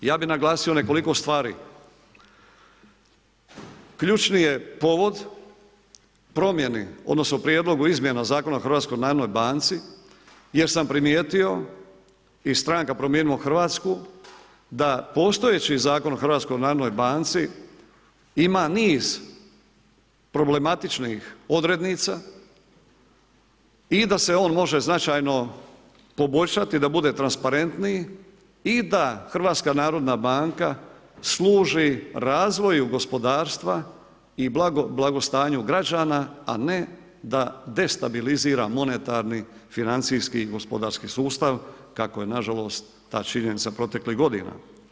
Ja bih naglasio nekoliko stvari, ključni je povod promjeni odnosno Prijedlogu izmjena Zakona o HNB-u jer sam primijetio i stranka Promijenimo Hrvatsku da postojeći Zakon o HNB-u ima niz problematičnih odrednica i da se on može značajno poboljšati da bude transparentniji i da HNB služi razvoju gospodarstva i blagostanju građana, a ne da destabilizira monetarni, financijski i gospodarski sustav kako je nažalost ta činjenica proteklih godina.